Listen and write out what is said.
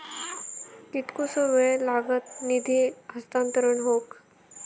कितकोसो वेळ लागत निधी हस्तांतरण हौक?